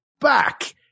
back